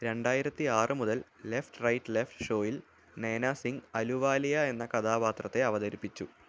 രണ്ടായിരത്തി ആറ് മുതൽ ലെഫ്റ്റ് റൈറ്റ് ലെഫ്റ്റ് ഷോയിൽ നൈനാ സിംഗ് അലുവാലിയ എന്ന കഥാപാത്രത്തെ അവതരിപ്പിച്ചു